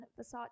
Versace